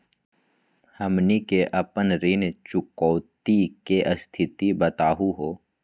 हमनी के अपन ऋण चुकौती के स्थिति बताहु हो?